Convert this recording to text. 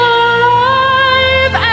alive